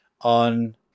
on